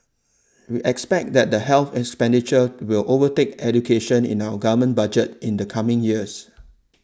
we expect that the health expenditure will overtake education in our government budget in the coming years